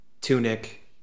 Tunic